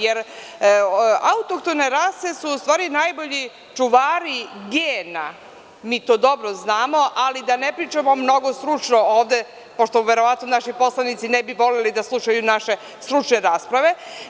Jer, autohtone rase su u stvari najbolji čuvari gena, mi to dobro znamo, ali da ne pričamo mnogo stručno ovde, pošto verovatno naši poslanici ne bi voleli da slušaju naše stručne rasprave.